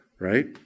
Right